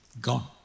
gone